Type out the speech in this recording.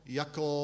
jako